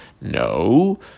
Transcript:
No